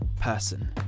person